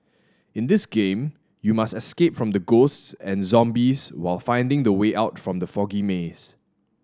in this game you must escape from the ghosts and zombies while finding the way out from the foggy maze